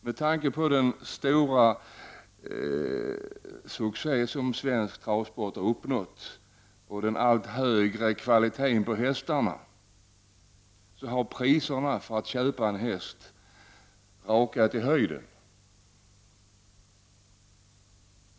Till följd av den stora succé som svensk travsport har uppnått och den allt högre kvaliteten på hästarna har inköpspriset på en häst rakat i höjden.